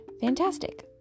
Fantastic